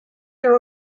there